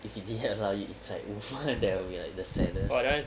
if he didn't allow you to eat inside you'll find like it's the saddest